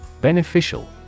Beneficial